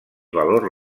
valor